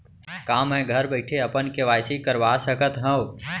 का मैं घर बइठे अपन के.वाई.सी करवा सकत हव?